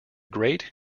great